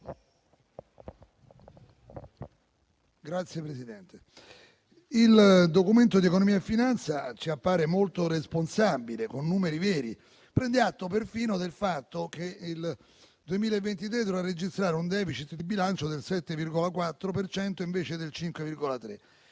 Signor Presidente, il Documento di economia e finanza ci appare molto responsabile, con numeri veri. Prende atto perfino del fatto che il 2023 dovrà registrare un *deficit* di bilancio del 7,4 per cento invece del 5,3.